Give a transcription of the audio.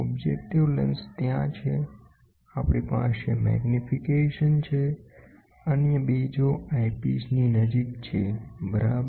objective lens ત્યા છે આપણી પાસે મેગ્નીફિકેશન છે અન્ય બીજો આઇપીસની નજીક છે બરાબર